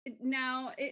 Now